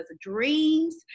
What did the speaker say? dreams